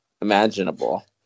imaginable